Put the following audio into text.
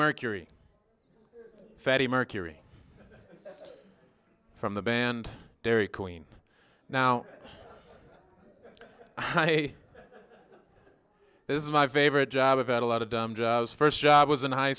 mercury fatty mercury from the band dairy queen now this is my favorite job about a lot of dumb jobs first job was in high